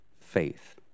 faith